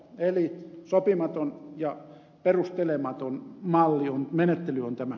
eli sopimaton ja perustelematon menettely on tämä